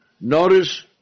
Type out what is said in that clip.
notice